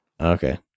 Okay